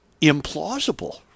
implausible